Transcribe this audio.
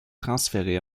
transféré